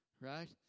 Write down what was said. right